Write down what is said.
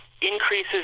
increases